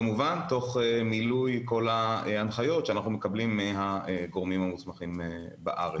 כמובן תוך מילוי כל ההנחיות שאנחנו מקבלים מהגורמים המוסמכים בארץ.